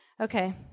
Okay